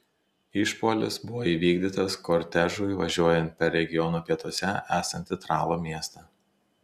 išpuolis buvo įvykdytas kortežui važiuojant per regiono pietuose esantį tralo miestą